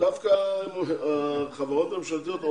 הממוצע של החברות הממשלתיות,